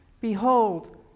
Behold